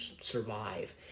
survive